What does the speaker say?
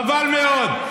חבל מאוד.